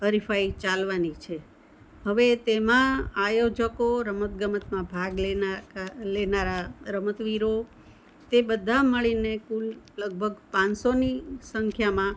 હરિફાઈ ચાલવાની છે હવે તેમાં આયોજકો રમતગમતમાં ભાગ લેનારા રમતવીરો તે બધા મળીને કુલ લગભગ પાંચસોની સંખ્યામાં